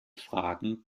fragen